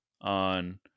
on